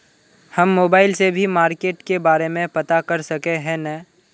हम मोबाईल से भी मार्केट के बारे में पता कर सके है नय?